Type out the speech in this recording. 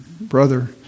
Brother